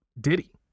Diddy